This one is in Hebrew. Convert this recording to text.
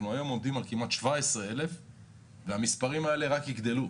היום אנחנו עומדים על כמעט 17,000 והמספרים האלה רק יעלו.